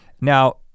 Now